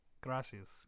Gracias